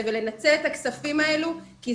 אני חושב שזה